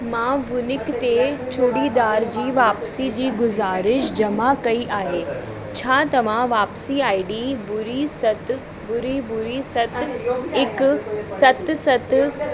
मां वुनिक ते चूड़ीदार जी वापिसी जी गुज़ारिश जमा कई आहे छा तव्हां वापिसी आई डी ॿुड़ी सत ॿुड़ी ॿुड़ी सत हिकु सत सत